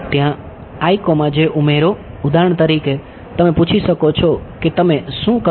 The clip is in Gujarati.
ત્યાં ઉમેરો ઉદાહરણ તરીકે તમે પૂછી શકો છો કે તમે શું કરશો